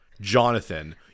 Jonathan